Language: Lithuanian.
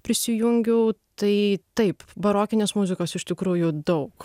prisijungiau tai taip barokinės muzikos iš tikrųjų daug